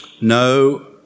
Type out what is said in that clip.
no